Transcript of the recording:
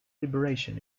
liberation